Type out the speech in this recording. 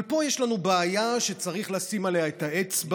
אבל פה יש לנו בעיה שצריך לשים עליה את האצבע,